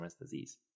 disease